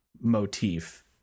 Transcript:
motif